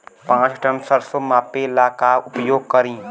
पाँच टन सरसो मापे ला का उपयोग करी?